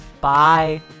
Bye